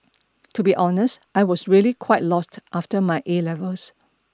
to be honest I was really quite lost after my A levels